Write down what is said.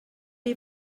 est